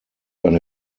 eine